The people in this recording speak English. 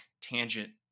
Tangent